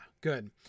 good